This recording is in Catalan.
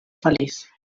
feliç